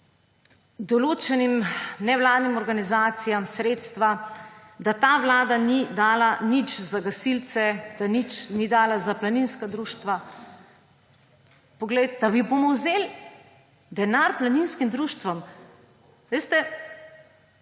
določenim nevladnim organizacijam sredstva, da ta vlada ni dala nič za gasilce, da nič ni dala za planinska društva. Poglejte, bomo vzeli denar planinskim društvom? Veste,